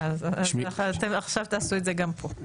אז עכשיו תעשו את זה גם פה.